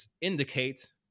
indicate